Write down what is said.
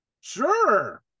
Sure